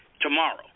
tomorrow